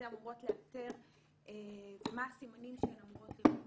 אמורות לאתר ומה הסימנים שהן אמורות לראות.